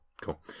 cool